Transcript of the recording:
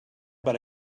but